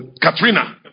Katrina